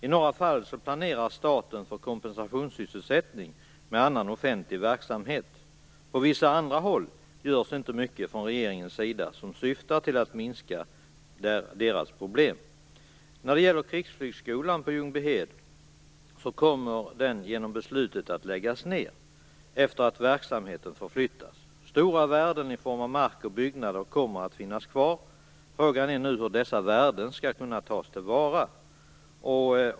I några fall planerar staten kompensationssysselsättning i form av annan offentlig verksamhet. På vissa andra håll görs inte mycket från regeringens sida som syftar till att minska problemen. Krigsflygskolan i Ljungbyhed kommer genom beslutet att läggas ned efter det att verksamheten har förflyttats. Stora värden i form av mark och byggnader kommer att finnas kvar. Frågan är nu hur dessa värden skall kunna tas till vara.